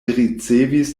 ricevis